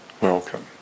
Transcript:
Welcome